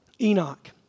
Enoch